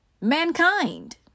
mankind